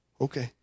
Okay